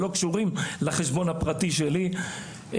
שלא קשורים לחשבון הפרטי שלי,